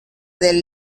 del